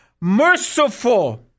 merciful